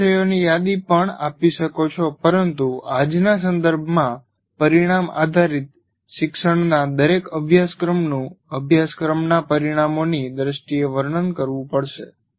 તમે વિષયોની યાદી પણ આપી શકો છો પરંતુ આજના સંદર્ભમાં પરિણામ આધારિત શિક્ષણના દરેક અભ્યાસક્રમનું અભ્યાસક્રમના પરિણામોની દ્રષ્ટિએ વર્ણન કરવું પડશે